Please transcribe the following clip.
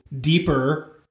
deeper